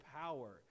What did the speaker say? power